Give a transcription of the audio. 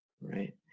Right